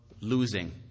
losing